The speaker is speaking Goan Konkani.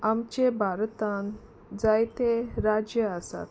आमच्या भारतान जायते राजा आसात